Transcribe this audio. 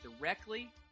directly